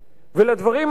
ולדברים האלה,